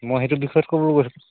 মই সেইটো বিষয়ত ক'ব গৈছোঁ